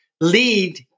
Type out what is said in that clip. lead